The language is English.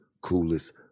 coolest